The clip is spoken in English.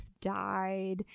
died